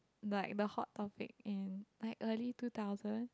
like the hot topic in like early two thousand